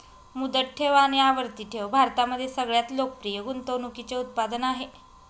मुदत ठेव आणि आवर्ती ठेव भारतामध्ये सगळ्यात लोकप्रिय गुंतवणूकीचे उत्पादन आहे